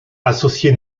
associé